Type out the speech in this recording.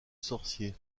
sorcier